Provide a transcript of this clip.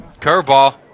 Curveball